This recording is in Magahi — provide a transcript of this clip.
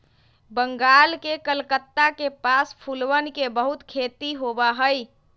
बंगाल के कलकत्ता के पास फूलवन के बहुत खेती होबा हई